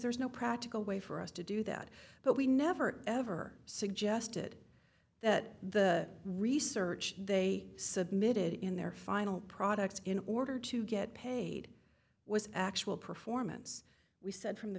there's no practical way for us to do that but we never ever suggested that the research they submitted in their final product in order to get paid was actual performance we said from the